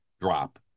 drop